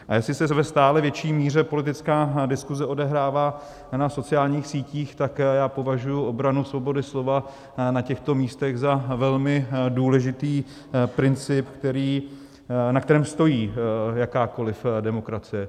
A jestli se ve stále větší míře politická diskuse odehrává na sociálních sítích, tak považuji obranu svobody slova na těchto místech za velmi důležitý princip, na kterém stojí jakákoliv demokracie.